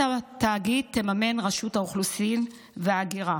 את התאגיד תממן רשות האוכלוסין וההגירה.